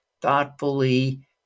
thoughtfully